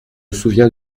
souviens